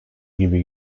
gibi